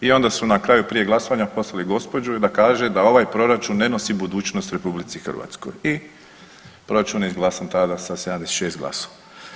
I onda su na kraju prije glasovanja poslali gospođu da kaže da ovaj proračun ne nosi budućnost RH i proračun je izglasan tada sa 76 glasova.